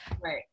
Right